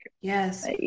yes